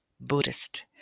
Buddhist